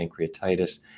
pancreatitis